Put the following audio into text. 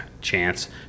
chance